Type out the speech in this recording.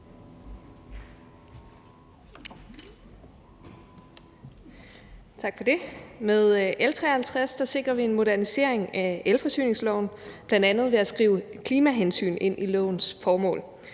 Tak for det. Med L 53 sikrer vi en modernisering af elforsyningsloven, bl.a. ved at skrive klimahensyn ind i lovens formål.